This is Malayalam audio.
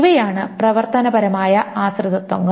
ഇവയാണ് പ്രവർത്തനപരമായ ആശ്രിതത്വങ്ങൾ